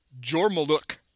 Jormaluk